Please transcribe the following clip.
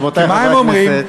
כי מה הם אומרים?